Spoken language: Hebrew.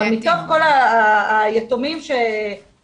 אבל מתוך כל היתומים שמגיעים,